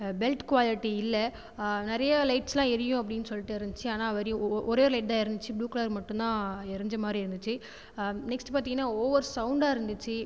belt quality இல்லை நிறைய லைட்ஸ்லாம் எரியும் அப்படினு சொல்லிட்டு இருந்துச்சு ஆனால் ஒ ஒரே லைட் தான் எரிஞ்சிச்சு ப்ளூ கலர் மட்டுதான் எரிஞ்ச மாதிரி இருந்துச்சு நெக்ஸ்ட் பார்த்திங்கனா ஒவர் சௌண்டாக இருந்துச்சு